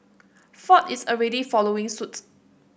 Ford is already following suit